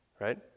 right